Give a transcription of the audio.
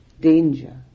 danger